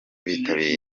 bitabiriye